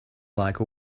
like